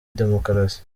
demukarasi